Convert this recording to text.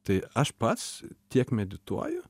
tai aš pats tiek medituoju